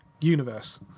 universe